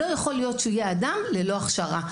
לא יכול להיות שהוא יהיה אדם ללא הכשרה.